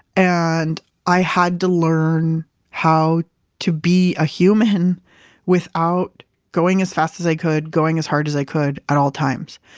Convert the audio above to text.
and i had to learn how to be a human without going as fast as i could, going as hard as i could at all times.